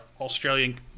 australian